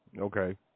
Okay